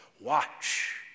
Watch